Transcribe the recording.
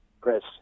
Chris